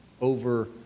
over